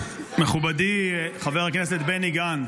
מכובדי חבר הכנסת בני גנץ,